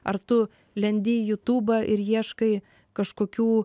ar tu lendi į jutubą ir ieškai kažkokių